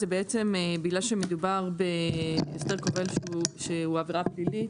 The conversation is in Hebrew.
בעצם בגלל שמדובר בהסדר כובל שהוא עבירה פלילית,